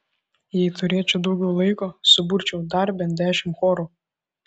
jei turėčiau daugiau laiko suburčiau dar bent dešimt chorų